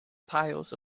piles